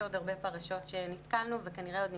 עוד הרבה פרשות שנתקלנו בהן וכנראה עוד ניתקל.